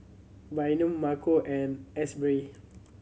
Bynum Marco and Asberry